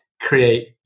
create